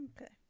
Okay